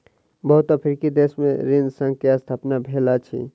बहुत अफ्रीकी देश में ऋण संघ के स्थापना भेल अछि